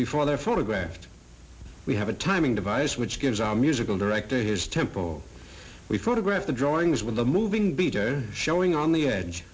before they photographed we have a timing device which gives our musical director his temple we photograph the drawings with a moving beater showing on the edge